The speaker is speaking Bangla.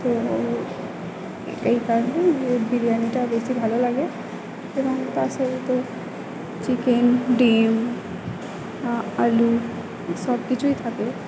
তো এই কারণেই বিরিয়ানিটা বেশি ভালো লাগে এবং তার সাথে তো চিকেন ডিম আলু সব কিছুই থাকে